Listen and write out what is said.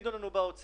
שיגידו לנו באוצר